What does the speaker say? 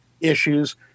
issues